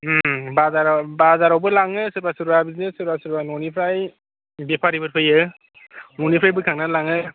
बाजारावबो लाङो सोरबा सोरबा बिदिनो सोरबा सोरबा न'निफ्राय बेफारिफोर फैयो न'निफ्राय बोखांनानै लाङो